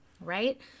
right